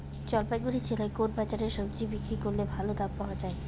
জলপাইগুড়ি জেলায় কোন বাজারে সবজি বিক্রি করলে ভালো দাম পাওয়া যায়?